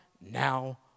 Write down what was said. now